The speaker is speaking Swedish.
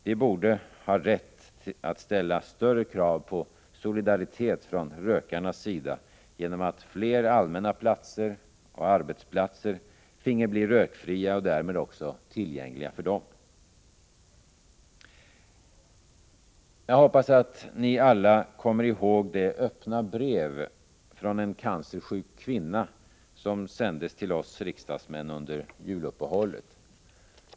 De borde ha rätt att ställa större krav på solidaritet från rökarnas sida, och fler allmänna platser och arbetsplatser borde få bli rökfria och därmed också tillgängliga för dem. Jag hoppas att ni alla kommer ihåg det öppna brev från en cancersjuk kvinna som sändes till oss riksdagsmän under juluppehållet.